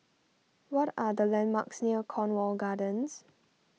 what are the landmarks near Cornwall Gardens